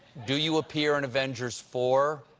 do you appear in avengers four?